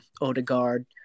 Odegaard